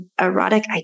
erotic